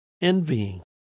envying